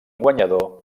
guanyador